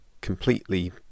completely